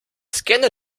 scanne